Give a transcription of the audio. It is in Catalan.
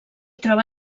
troba